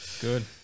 good